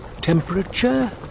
Temperature